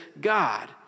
God